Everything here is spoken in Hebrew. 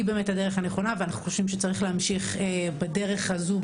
היא באמת הדרך הנכונה ואנחנו חושבים שצריך להמשיך בדרך הזו,